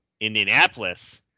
Indianapolis